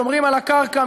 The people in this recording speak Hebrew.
שומרים על הקרקע,